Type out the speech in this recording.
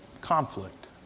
conflict